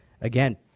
again